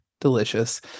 delicious